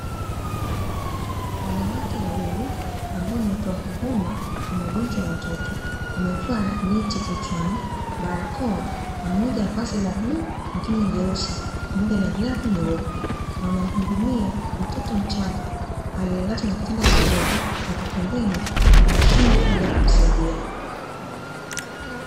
Wanawake wawili ambao ni watoa huduma kwa magonjwa ya watoto; wamevaa neti kichwani, barakoa, na moja ya vazi la bluu mwingine jeusi, pamoja na glavu nyeupe. Na wanamhudumia mtoto mchanga aliyelazwa kwenye kitanda kidogo, na kwa pembeni kuna mashine kwa ajili ya kumsaidia.